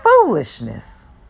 foolishness